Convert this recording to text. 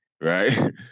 right